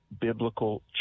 biblical